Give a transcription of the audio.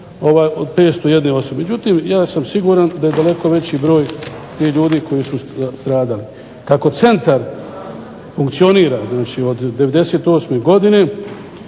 o 501 osobe, ja sam siguran da je daleko veći broj tih ljudi koji su stradali. Kako centar funkcionira od 98. godine